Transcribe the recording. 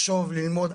לחשוב, ללמוד.